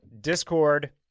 Discord